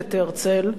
להולדת הרצל,